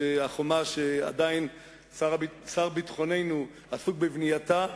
החומה ששר ביטחוננו עדיין עסוק בבנייתה,